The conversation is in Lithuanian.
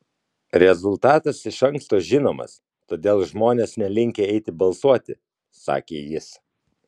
rezultatas iš anksto žinomas todėl žmonės nelinkę eiti balsuoti sakė jis